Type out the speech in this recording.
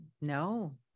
No